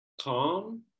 calm